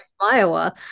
Iowa